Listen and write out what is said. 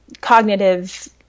cognitive